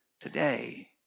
today